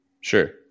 Sure